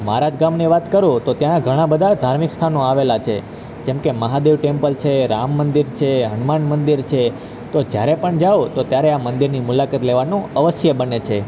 મારા જ ગામની વાત કરું તો ત્યાં ઘણા બધા ધાર્મિક સ્થાનો આવેલા છે જેમકે મહાદેવ ટેમ્પલ છે રામમંદિર છે હનુમાન મંદિર છે તો જ્યારે પણ જાઉં તો ત્યારે આ મંદિરની મુલાકાત લેવાનું અવશ્ય બને છે